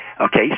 Okay